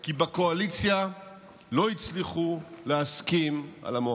כי בקואליציה לא הצליחו להסכים על מועמדים,